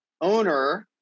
owner